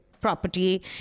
property